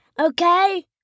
Okay